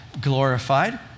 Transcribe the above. glorified